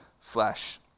flesh